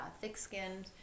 thick-skinned